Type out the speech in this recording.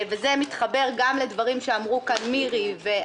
זה מתחבר גם לדברים שאמרו כאן מירי סביון